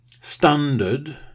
standard